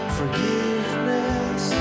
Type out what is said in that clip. forgiveness